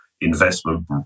investment